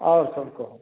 आओर सभ कहु